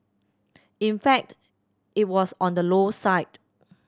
in fact it was on the low side